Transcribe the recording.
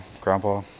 grandpa